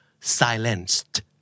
silenced